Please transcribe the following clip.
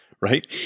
Right